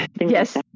Yes